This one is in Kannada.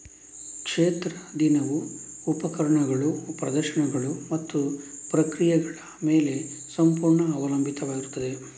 ಕ್ಷೇತ್ರ ದಿನವು ಉಪಕರಣಗಳು, ಪ್ರದರ್ಶನಗಳು ಮತ್ತು ಪ್ರಕ್ರಿಯೆಗಳ ಮೇಲೆ ಸಂಪೂರ್ಣ ಅವಲಂಬಿತವಾಗಿರುತ್ತದೆ